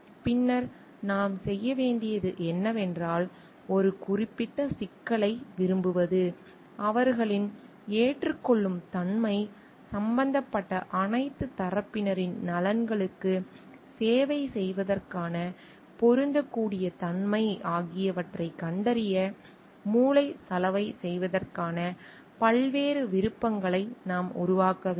பின்னர் நாம் செய்ய வேண்டியது என்னவென்றால் ஒரு குறிப்பிட்ட சிக்கலை விரும்புவது அவர்களின் ஏற்றுக்கொள்ளும் தன்மை சம்பந்தப்பட்ட அனைத்து தரப்பினரின் நலன்களுக்கு சேவை செய்வதற்கான பொருந்தக்கூடிய தன்மை ஆகியவற்றைக் கண்டறிய மூளைச்சலவை செய்வதற்கான பல்வேறு விருப்பங்களை நாம் உருவாக்க வேண்டும்